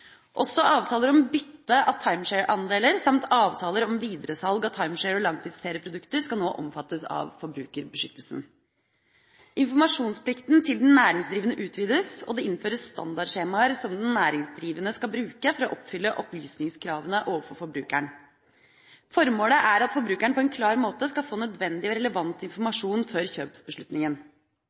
Også avtaler om bytte av timeshare-andeler samt avtaler om videresalg av timeshare- og langtidsferieprodukter skal nå omfattes av forbrukerbeskyttelsen. Informasjonsplikten til den næringsdrivende utvides, og det innføres standardskjemaer som den næringsdrivende skal bruke for å oppfylle opplysningskravene overfor forbrukeren. Formålet er at forbrukeren på en klar måte skal få nødvendig og relevant informasjon før kjøpsbeslutningen.